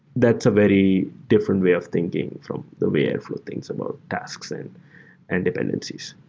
that's a very different way of thinking from the way airflow thinks about tasks and and dependencies.